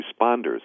responders